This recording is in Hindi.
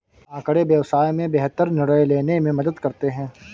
आँकड़े व्यवसाय में बेहतर निर्णय लेने में मदद करते हैं